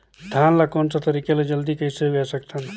धान ला कोन सा तरीका ले जल्दी कइसे उगाय सकथन?